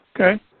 Okay